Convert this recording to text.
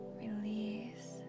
release